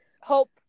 hope